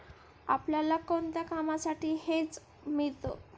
आपल्याला कोणत्या कामांसाठी हेज मिळतं?